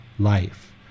life